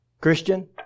Christian